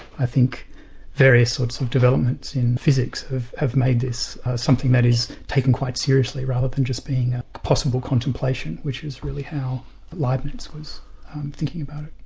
i think various sorts of developments in physics have made this something that is taken quite seriously rather than just being a possible contemplation which is really how leibnitz was thinking about.